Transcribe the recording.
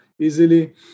easily